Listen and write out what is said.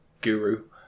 guru